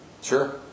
Sure